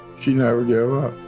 she never gave